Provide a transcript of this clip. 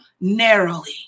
narrowly